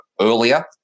earlier